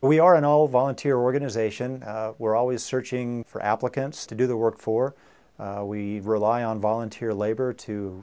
we are an all volunteer organization we're always searching for applicants to do the work for we rely on volunteer labor to